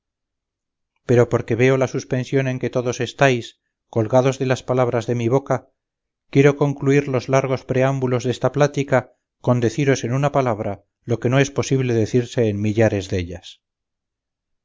pero porque veo la suspensión en que todos estáis colgados de las palabras de mi boca quiero concluir los largos preámbulos desta plática con deciros en una palabra lo que no es posible decirse en millares dellas